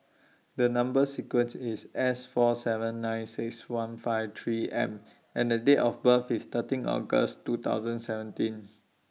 The Number sequence IS S four seven nine six one five three M and The Date of birth IS thirteen August two thousand seventeen